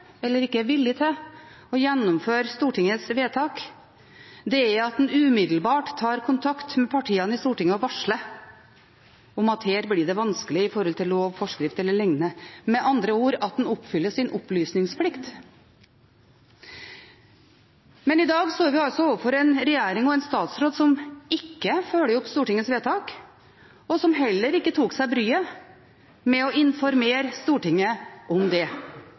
eller ikke er villig til å gjennomføre Stortingets vedtak, er at man umiddelbart tar kontakt med partiene i Stortinget og varsler om at her blir det vanskelig i forhold til lov og forskrift e.l. – med andre ord at man oppfyller sin opplysningsplikt. Men i dag står vi altså overfor en regjering og en statsråd som ikke følger opp Stortingets vedtak, og som heller ikke tok seg bryet med å informere Stortinget om det.